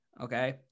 Okay